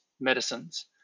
medicines